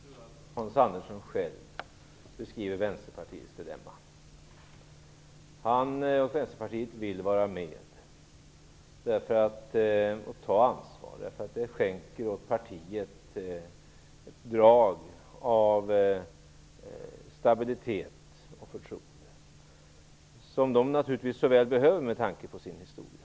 Fru talman! Jag tror att Hans Andersson själv beskriver Vänsterpartiets dilemma. Han och Vänsterpartiet vill vara med och ta ansvar därför att detta skänker ett drag av stabilitet och förtroende åt partiet som det naturligtvis så väl behöver med tanke på dess historia.